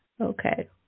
Okay